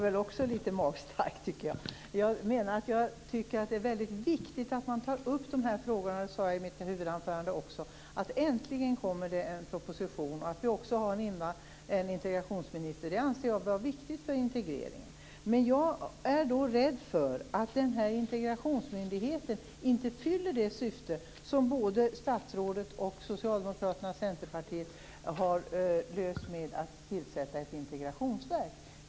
Fru talman! Det här tycker jag också var litet magstarkt. Jag menar att det är väldigt viktigt att man tar upp de här frågorna. Det sade jag i mitt huvudanförande också. Äntligen kommer det en proposition. Att vi har en integrationsminister anser jag också vara viktigt för integreringen. Men jag är rädd för att den här integrationsmyndigheten inte fyller det syfte som statsrådet, Socialdemokraterna och Centerpartiet har löst med att inrätta ett integrationsverk.